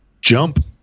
jump